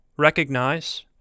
recognize